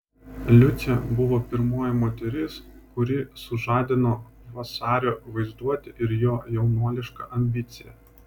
liucė buvo pirmoji moteris kuri sužadino vasario vaizduotę ir jo jaunuolišką ambiciją